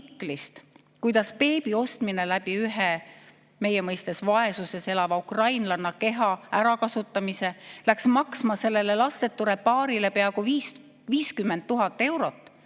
kuidas beebi ostmine ühe meie mõistes vaesuses elava ukrainlanna keha ärakasutamise kaudu läks sellele lastetule paarile maksma peaaegu 50 000 eurot,